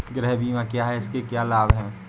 गृह बीमा क्या है इसके क्या लाभ हैं?